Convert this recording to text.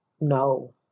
no